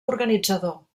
organitzador